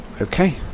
Okay